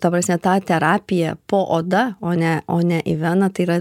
ta prasme tą terapiją po oda o ne o ne į veną tai yra